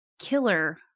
killer